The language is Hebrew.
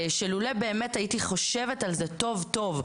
שלולא באמת הייתי חושבת על זה טוב טוב,